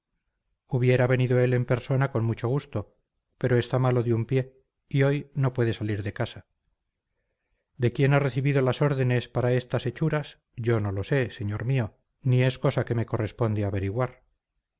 hubiera venido él en persona con mucho gusto pero está malo de un pie y hoy no puede salir de casa de quién ha recibido las órdenes para estas hechuras yo no lo sé señor mío ni es cosa que me corresponde averiguar